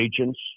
agents